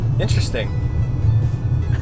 Interesting